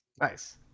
Nice